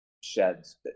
sheds